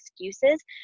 excuses